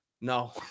No